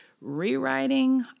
Rewriting